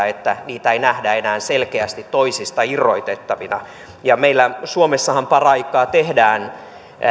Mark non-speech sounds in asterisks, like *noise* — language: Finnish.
*unintelligible* että niitä ei nähdä enää selkeästi toisistaan irrotettavina meillä suomessahan paraikaa tehdään